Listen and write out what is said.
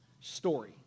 story